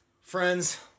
friends